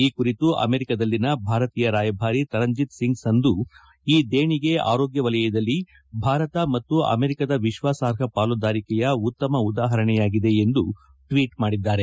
ಈ ಕುರಿತು ಅಮೆರಿಕದಲ್ಲಿನ ಭಾರತೀಯ ರಾಯಭಾರಿ ತರಂಜಿತ್ ಸಿಂಗ್ ಸಂಧು ಈ ದೇಣಿಗೆ ಆರೋಗ್ಟವಲಯದಲ್ಲಿ ಭಾರತ ಮತ್ತು ಅಮೆರಿಕದ ವಿಶ್ವಾಸಾರ್ಹ ಪಾಲುದಾರಿಕೆಯ ಉತ್ತಮ ಉದಾಹರಣೆಯಾಗಿದೆ ಎಂದು ಟ್ವೀಟ್ ಮಾಡಿದ್ದಾರೆ